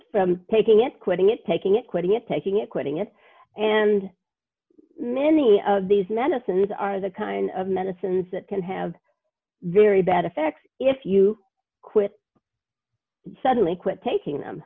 from taking it quitting it taking it quitting it taking it quitting it and many of these medicines are the kind of medicines that can have very bad effects if you quit suddenly quit taking them